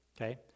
okay